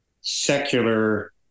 secular